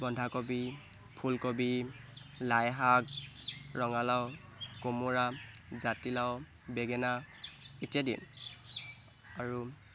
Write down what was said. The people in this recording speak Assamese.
বন্ধাকবি ফুলকবি লাইশাক ৰঙালাউ কোমোৰা জাতিলাউ বেঙেনা ইত্যাদি আৰু